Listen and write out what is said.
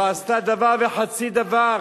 לא עשתה דבר וחצי דבר.